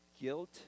guilt